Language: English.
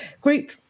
group